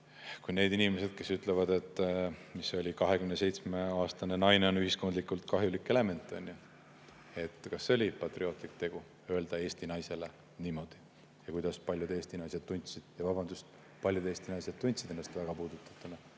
meil on inimesed, kes ütlevad, et – mis see oli? – 27-aastane naine on ühiskondlikult kahjulik element, on ju. Kas oli patriootlik tegu öelda Eesti naisele niimoodi? Ja kuidas paljud Eesti naised end tundsid? Vabandust! Paljud Eesti naised tundsid ennast väga puudutatuna. Aga